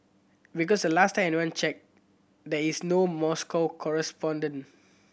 because the last time anyone checked there is no Moscow correspondent